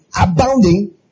abounding